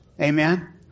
Amen